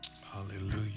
hallelujah